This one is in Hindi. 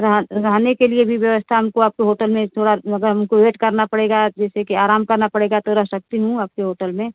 रह रहने के लिए भी व्यवस्था हमको आपके होटल में थोड़ा मतलब हमको वेट करना पड़ेगा जैसे की आराम करना पड़ेगा तो रह सकती हूँ आपके होटल में